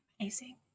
amazing